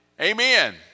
Amen